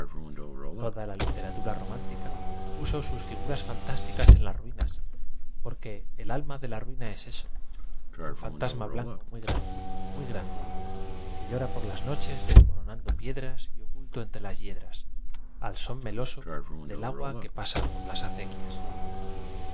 toda la literatura romántica puso sus figuras fantásticas en las ruinas porque el alma de la ruina es eso un fantasma blanco muy grande muy grande que llora por las noches desmoronando piedras y oculto entre las yedras al son meloso del agua que pasa por las acequias